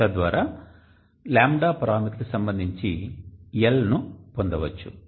తద్వారా λ పరామితికి సంబంధించి L ను పొందవచ్చు